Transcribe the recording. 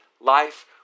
life